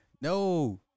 No